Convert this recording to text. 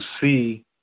see